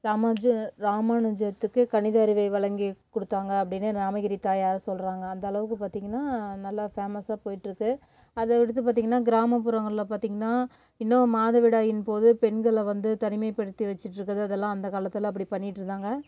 ராமானுஜர் ராமானுஜத்துக்கு கணித அறிவை வழங்கிய கொடுத்தாங்க அப்படினு ராமகிரி தாயார் சொல்கிறாங்க அந்த அளவுக்கு பார்த்தீங்கனா நல்லா ஃபேமஸாக போயிட்டுருக்கு அதை அடுத்து பார்த்தீங்கனா கிராமப்புறங்களில் பார்த்தீங்கனா இன்னும் மாதவிடாயின் போது பெண்களை வந்து தனிமைப்படுத்தி வச்சுக்கிட்டு இருக்கிறது அதெல்லாம் அந்தகாலத்தில் அப்படி பண்ணிகிட்டுருந்தாங்க